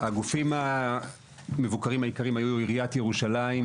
הגופים המבוקרים העיקריים היו עיריית ירושלים,